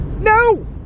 No